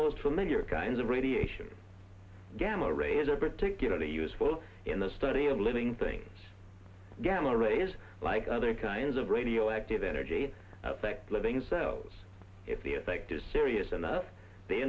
most familiar kinds of radiation gamma rays are particularly useful in the study of living things gamma rays like other kinds of radioactive energy living cells if the effect is serious enough the